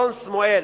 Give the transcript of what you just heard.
אלון סמואל,